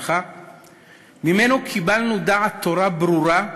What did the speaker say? ממנו קיבלנו דעת תורה ברורה,